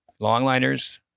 Longliners